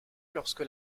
lorsque